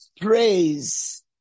praise